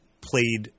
played